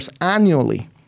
annually